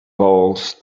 bold